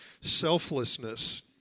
selflessness